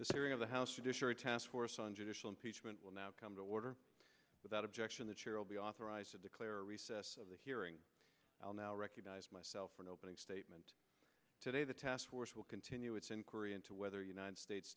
this hearing of the house judiciary taskforce on judicial impeachment will now come to order without objection the chair will be authorized to declare recess of the hearing i'll now recognize myself in opening statement today the task force will continue its inquiry into whether united states